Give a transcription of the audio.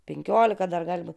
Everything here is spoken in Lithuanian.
penkiolika dar gal būt